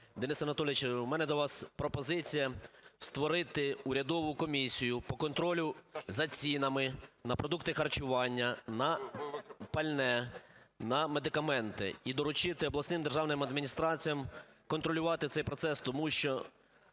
Денис Анатолійовичу, у мене до вас пропозиція створити урядову комісію по контролю за цінами на продукти харчування, на пальне, на медикаменти, і доручити обласним державним адміністраціям контролювати цей процес, тому що